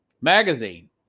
magazine